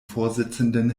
vorsitzenden